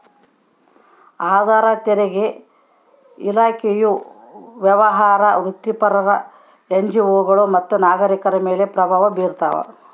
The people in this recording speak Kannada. ಆದಾಯ ತೆರಿಗೆ ಇಲಾಖೆಯು ವ್ಯವಹಾರ ವೃತ್ತಿಪರರು ಎನ್ಜಿಒಗಳು ಮತ್ತು ನಾಗರಿಕರ ಮೇಲೆ ಪ್ರಭಾವ ಬೀರ್ತಾವ